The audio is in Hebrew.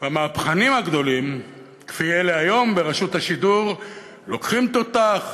המהפכנים הגדולים כמו אלה היום ברשות השידור לוקחים תותח,